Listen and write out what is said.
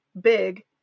big